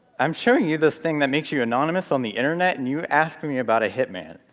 i'm showing you this thing that makes you anonymous on the internet, and you ask me about a hitman.